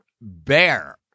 Bear